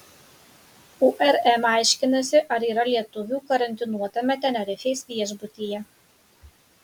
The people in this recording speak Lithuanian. urm aiškinasi ar yra lietuvių karantinuotame tenerifės viešbutyje